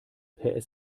per